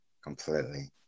completely